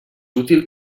útil